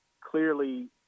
clearly